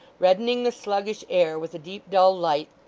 reddening the sluggish air with a deep dull light,